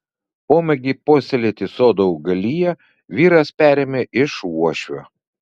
pomėgį puoselėti sodo augaliją vyras perėmė iš uošvio